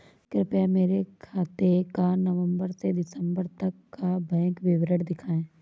कृपया मेरे खाते का नवम्बर से दिसम्बर तक का बैंक विवरण दिखाएं?